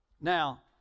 Now